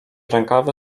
rękawy